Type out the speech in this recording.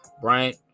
Bryant